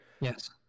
Yes